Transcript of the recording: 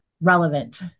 relevant